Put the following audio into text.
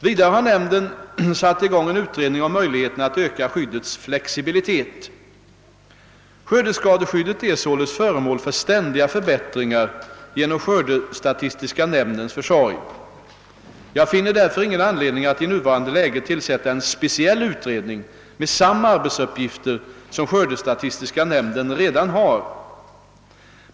Vidare har nämnden satt i gång en utredning av möjligheterna att öka skyddets flexibilitet. Skördeskadeskyddet är således föremål för ständiga förbättringar genom skördestatistiska nämndens försorg. Jag finner därför ingen anledning att i nuvarande läge tillsätta en speciell utredning med samma arbetsuppgifter som skördestatistiska nämnden redan har.